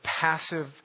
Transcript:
passive